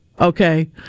okay